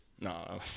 No